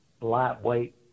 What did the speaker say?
Lightweight